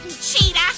cheetah